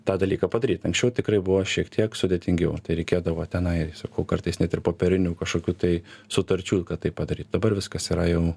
tą dalyką padaryt anksčiau tikrai buvo šiek tiek sudėtingiau reikėdavo tenai sakau kartais net ir popierinių kažkokių tai sutarčių kad tai padaryt dabar viskas yra jau